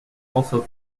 also